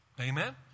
Amen